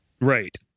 Right